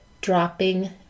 dropping